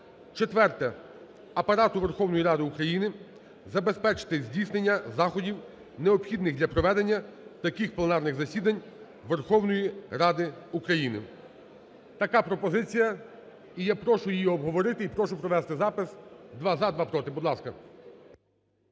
Четверте. Апарату Верховної Ради України забезпечити здійснення заходів, необхідних для проведення таких пленарних засідань Верховної Ради України. Така пропозиція і я прошу її обговорити і прошу провести запис: два – за, два – проти. Будь ласка,